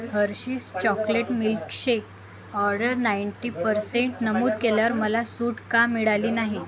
Hershey's chocolate milkshake order ninety percent नमूद केल्यावर मला सूट का मिळाली नाही